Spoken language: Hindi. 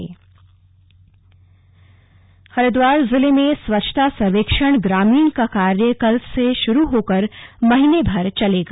स्वच्छ सर्वेक्षण हरिद्वार जिले में स्वच्छता सर्वेक्षण ग्रामीण का कार्य कल से शुरू होकर महीनेभर चलेगा